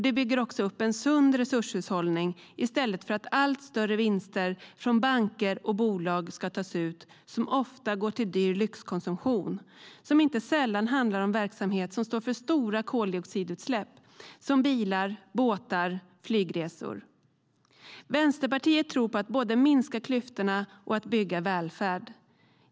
Det bygger också upp en sund resurshushållning i stället för allt större vinster från banker och bolag som ofta går till dyr lyxkonsumtion och som inte sällan handlar om verksamhet som står för stora koldioxidutsläpp, som bilar, båtar och flygresor. Vänsterpartiet tror på att både minska klyftorna och bygga välfärd.